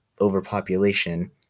overpopulation